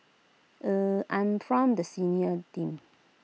eh I'm from the senior team